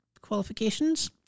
qualifications